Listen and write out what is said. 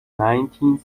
nineteen